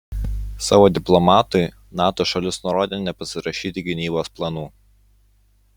savo diplomatui nato šalis nurodė nepasirašyti gynybos planų